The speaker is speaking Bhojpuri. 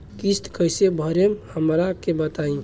किस्त कइसे भरेम हमरा के बताई?